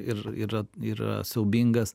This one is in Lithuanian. ir ir yra siaubingas